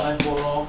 find boat lor